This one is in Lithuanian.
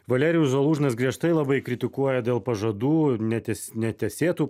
valerijus zalūžnas griežtai labai kritikuoja dėl pažadų netesėtų